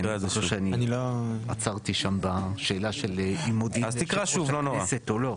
אז תקרא שוב לא נורא.